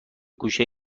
گوشه